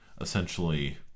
essentially